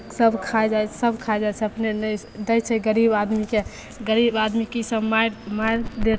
सभ खा जाइ सभ खा जाइ छै अपने नहि दै छै गरीब आदमीके गरीब आदमीके इसभ मारि मारि देतै